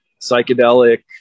psychedelic